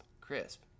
Crisp